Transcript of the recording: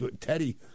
Teddy